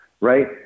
right